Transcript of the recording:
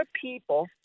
people